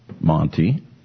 Monty